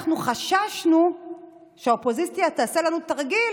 אנחנו חששנו שהאופוזיציה תעשה לנו תרגיל,